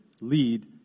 lead